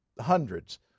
hundreds